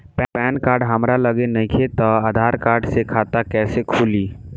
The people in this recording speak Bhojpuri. पैन कार्ड हमरा लगे नईखे त आधार कार्ड से खाता कैसे खुली?